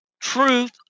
truth